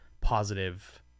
positive